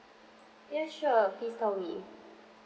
ya sure please tell me